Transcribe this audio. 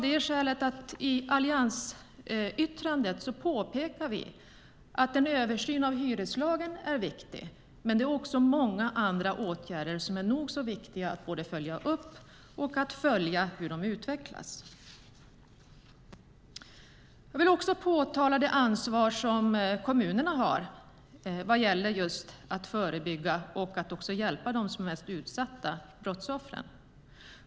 I vårt alliansyttrande påpekar vi att en översyn av hyreslagen är viktig, men också många andra åtgärder är nog så viktiga att följa upp. Jag vill också påminna om det ansvar som kommunerna har vad gäller att förebygga våld och hjälpa de mest utsatta brottsoffren.